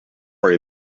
worry